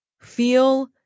Feel